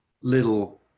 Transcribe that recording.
little